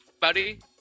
Buddy